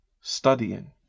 studying